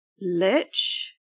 lich